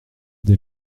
des